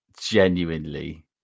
genuinely